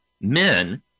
men